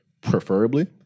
preferably